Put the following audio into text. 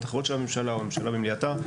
אחרות של הממשלה או הממשלה ומליאתה.